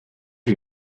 lui